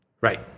Right